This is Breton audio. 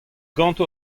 ganto